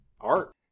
art